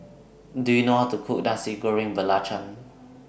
Do YOU know How to Cook Nasi Goreng Belacan